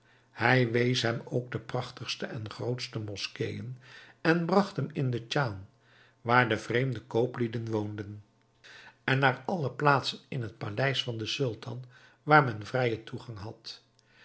hij wees hem ook de prachtigste en grootste moskeeën en bracht hem in de chan waar de vreemde kooplieden woonden en naar alle plaatsen in het paleis van den sultan waar men vrijen toegang had